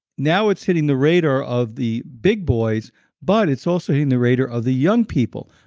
now it's hitting the radar of the big boys but it's also hitting the radar of the young people,